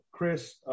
Chris